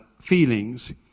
feelings